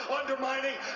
undermining